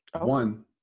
one